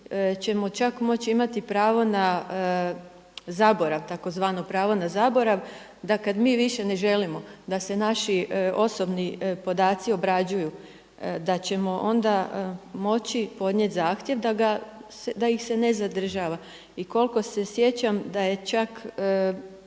ćemo čak moći imati pravo na zaborav, tzv. pravo na zaborav da kada mi više ne želimo da se naši osobni podaci obrađuju da ćemo onda moći podnijeti zahtjev da ih se ne zadržava. I koliko se sjećam da je čak